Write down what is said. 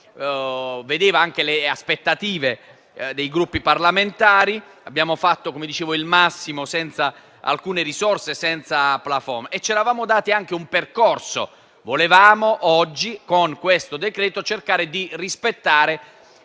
vedeva anche le aspettative dei Gruppi parlamentari. Abbiamo fatto il massimo senza alcune risorse e senza *plafond* e ci eravamo dati un percorso: volevamo oggi, con questo decreto-legge, cercare di rispettare